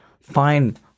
Fine